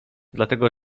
dlatego